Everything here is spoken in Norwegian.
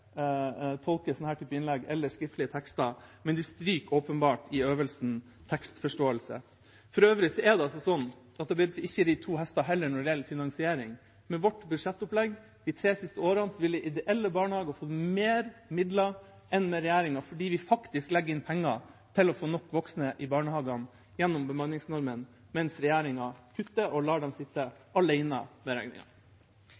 innlegg eller skriftlige tekster, men de stryker åpenbart i øvelsen tekstforståelse. For øvrig blir det heller ikke ridd to hester når det gjelder finansiering. Med vårt budsjettopplegg de tre siste årene ville de ideelle barnehagene fått mer midler enn med regjeringas opplegg, fordi vi faktisk legger inn penger til nok voksne i barnehagene gjennom bemanningsnormen, mens regjeringa kutter og lar dem sitte